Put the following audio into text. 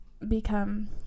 Become